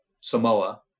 Samoa